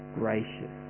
gracious